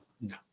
no